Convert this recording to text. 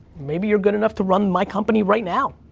maybe you're good enough to run my company right now.